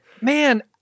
Man